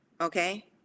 okay